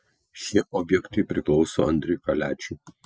šie objektai priklauso andriui kaliačiui